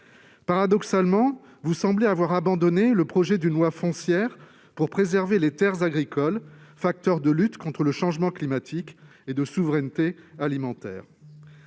Paradoxalement, vous semblez avoir abandonné le projet de loi foncière pour préserver les terres agricoles, facteur de lutte contre le changement climatique et de souveraineté alimentaire.